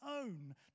own